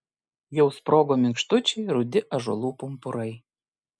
jau sprogo minkštučiai rudi ąžuolų pumpurai